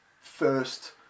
first